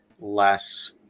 less